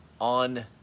on